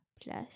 plus